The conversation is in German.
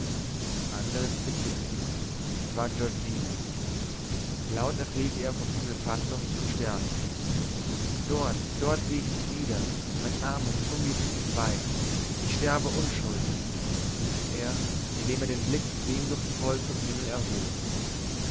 andres blickte hin es war giorgina laut erflehte er vom himmel fassung und stärke dort dort sehe ich dich wieder mein armes unglückliches weib ich sterbe unschuldig rief er indem er den blick sehnsuchtsvoll zum himmel erhob